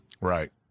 Right